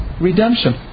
redemption